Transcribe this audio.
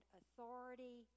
authority